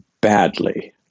badly